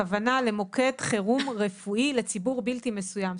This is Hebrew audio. הכוונה למוקד חירום רפואי לציבור בלתי מסוים.